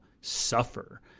suffer